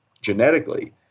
genetically